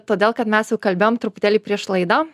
todėl kad mes jau kalbėjom truputėlį prieš laidą